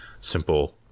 simple